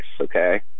Okay